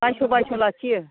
बायस' बायस' लाखियो